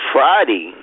Friday